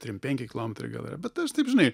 trim penki kilometrai gal yra bet aš taip žinai